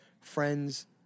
friends